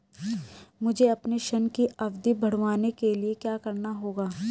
मुझे अपने ऋण की अवधि बढ़वाने के लिए क्या करना होगा?